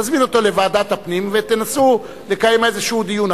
תזמין אותו לוועדת הפנים ותנסו לקיים איזה דיון.